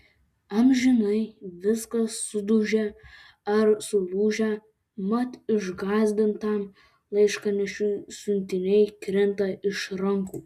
amžinai viskas sudužę ar sulūžę mat išgąsdintam laiškanešiui siuntiniai krinta iš rankų